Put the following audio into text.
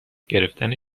گرفتن